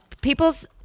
people's